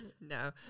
no